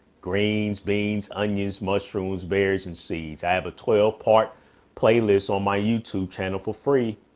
greens, beans, onions, mushrooms, berries and seeds. i have a twelve part playlist on my youtube channel for free.